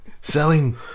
Selling